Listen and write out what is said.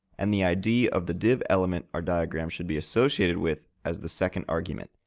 and the id of the div element our diagram should be associated with as the second argument,